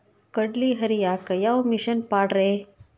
ಕಡ್ಲಿ ಹರಿಯಾಕ ಯಾವ ಮಿಷನ್ ಪಾಡ್ರೇ?